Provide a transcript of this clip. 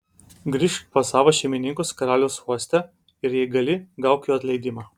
grįžk pas savo šeimininkus karaliaus uoste ir jei gali gauk jų atleidimą